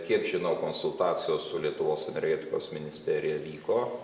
kiek žinau konsultacijos su lietuvos energetikos ministerija vyko